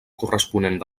corresponent